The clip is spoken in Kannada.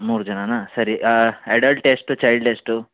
ಮೂರು ಜನನಾ ಸರಿ ಅಡಲ್ಟ್ ಎಷ್ಟು ಚೈಲ್ಡ್ ಎಷ್ಟು